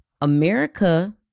America